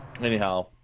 Anyhow